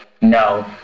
no